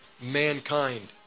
mankind